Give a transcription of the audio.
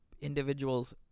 individuals